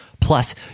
Plus